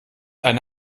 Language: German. eine